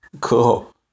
Cool